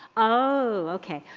oh, okay.